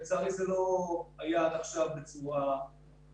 לצערי זה לא קרה עד עכשיו בצורה מלאה.